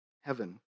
heaven